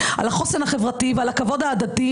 על החוסן החברתי ועל הכבוד ההדדי,